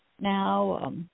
now